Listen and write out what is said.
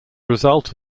result